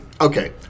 okay